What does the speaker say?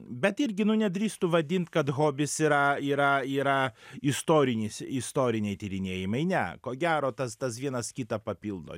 bet irgi nu nedrįstu vadint kad hobis yra yra yra istorinis istoriniai tyrinėjimai ne ko gero tas tas vienas kitą papildo